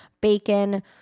bacon